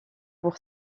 pour